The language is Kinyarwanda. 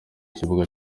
kibuga